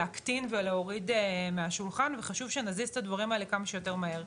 להקטין ולהוריד מהשולחן וחשוב שנזיז את הדברים האלו כמה שיותר מהר.